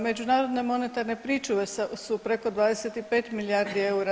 Međunarodne monetarne pričuve su preko 25 milijardi eura.